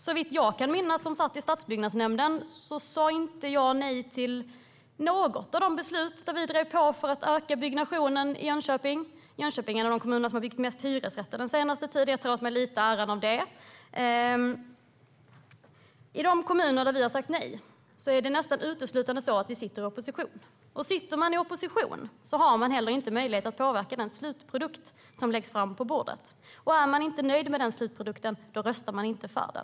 Såvitt jag kan minnas sa jag inte nej till något av de beslut i stadsbyggnadsnämnden där vi drev på för att öka byggnationen i Jönköping. Jönköping är en av de kommuner som har byggt flest hyresrätter den senaste tiden, och jag tar åt mig lite av äran för det. I de kommuner där vi har sagt nej sitter vi nästan uteslutande i opposition, och sitter man i opposition har man heller inte möjlighet att påverka den slutprodukt som läggs fram på bordet. Är man inte nöjd med den slutprodukten röstar man inte för den.